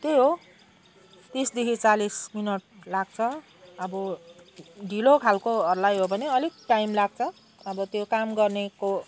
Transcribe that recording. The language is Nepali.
त्यही हो तिसदेखि चालिस मिनट लाग्छ अब ढिलो खालकोहरूलाई हो भने अलिक टाइम लाग्छ अब त्यो काम गर्नेको